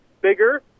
bigger